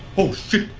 oh shit!